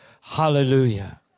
Hallelujah